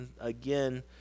again